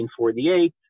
1948